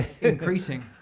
increasing